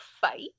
fight